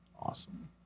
Awesome